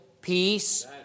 peace